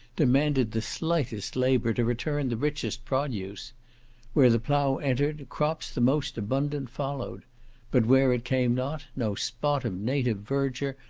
demanded the slightest labour to return the richest produce where the plough entered, crops the most abundant followed but where it came not, no spot of native verdure,